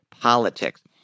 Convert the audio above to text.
politics